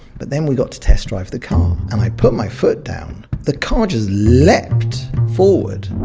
but then we got to test-drive the car, um and i put my foot down, the car just leaped forward